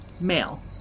male